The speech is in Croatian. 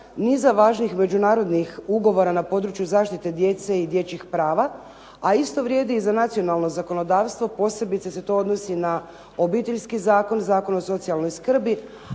niza važnih međunarodnih ugovora na području zaštite djece i dječjih prava, a isto vrijedi i za nacionalno zakonodavstvo posebice se to odnosi na Obiteljski zakon, Zakon o socijalnoj skrbi,